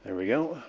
and we go.